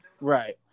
Right